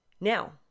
Now